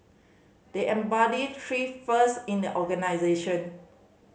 they embody three first in the organisation